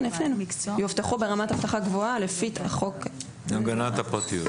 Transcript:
"יאובטחו ברמת אבטחה גבוהה לפי חוק הגנת הפרטיות".